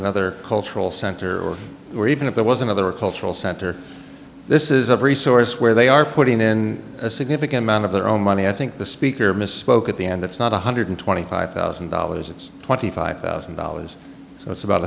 another cultural center or were even if there was another cultural center this is a resource where they are putting in a significant amount of their own money i think the speaker misspoke at the end it's not one hundred twenty five thousand dollars it's twenty five thousand dollars so it's about